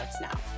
now